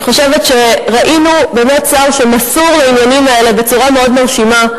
אני חושבת שראינו באמת שר שמסור לעניינים האלה בצורה מאוד מרשימה,